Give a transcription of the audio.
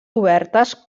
obertes